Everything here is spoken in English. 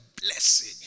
blessing